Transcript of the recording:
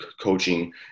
coaching